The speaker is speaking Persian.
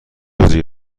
روزی